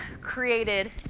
created